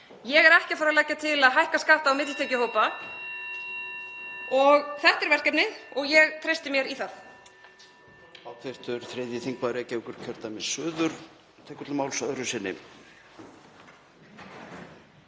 ég er ekki að fara að leggja til að hækka skatta á millitekjuhópa. Þetta er verkefnið og ég treysti mér í það.